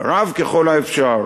רב ככל האפשר.